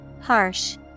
Harsh